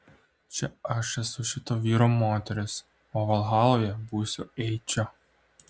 čia aš esu šito vyro moteris o valhaloje būsiu eičio